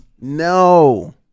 no